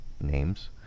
names